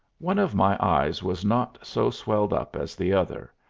one of my eyes was not so swelled up as the other,